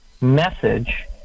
message